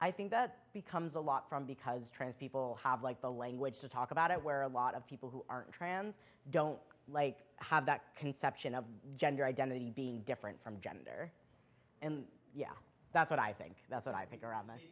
i think that becomes a lot from because trans people have like the language to talk about it where a lot of people who aren't trans don't like have that conception of gender identity being different from gender and yeah that's what i think that's what i think